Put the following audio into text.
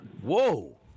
Whoa